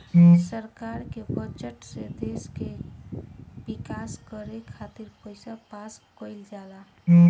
सरकार के बजट से देश के विकास करे खातिर पईसा पास कईल जाला